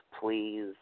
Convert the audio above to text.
Please